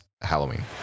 halloween